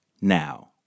now